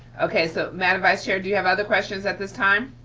okay, so, madam vice chair, do you have other questions at this time?